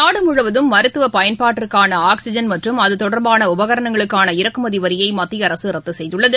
நாடு முழுவதும் மருத்துவ பயன்பாட்டிற்கான ஆக்சிஜன் மற்றும் அது தொடர்பான உபகரணங்களுக்கான இறக்குமதி வரியை மத்திய அரசு ரத்து செய்துள்ளது